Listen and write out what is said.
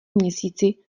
měsíci